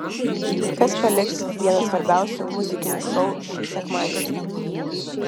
kas paliks vieną svarbiausių muzikinių šou šį sekmadienį